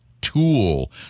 tool